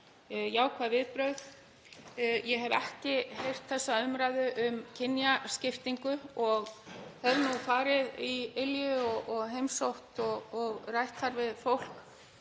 jákvæð viðbrögð. Ég hef ekki heyrt þessa umræðu um kynjaskiptingu og hef nú farið í Ylju og heimsótt og rætt þar við fólk.